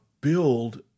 build